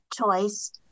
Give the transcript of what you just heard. choice